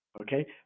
Okay